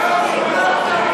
תודה.